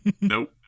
Nope